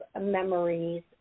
memories